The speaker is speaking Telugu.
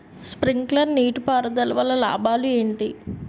స్ప్రింక్లర్ నీటిపారుదల వల్ల లాభాలు ఏంటి?